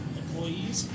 employees